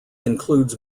includes